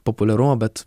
populiarumo bet